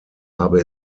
habe